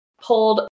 pulled